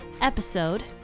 episode